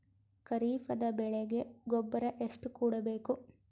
ಖರೀಪದ ಬೆಳೆಗೆ ಗೊಬ್ಬರ ಎಷ್ಟು ಕೂಡಬೇಕು?